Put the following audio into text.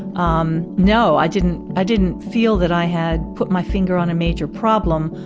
um no, i didn't i didn't feel that i had put my finger on a major problem.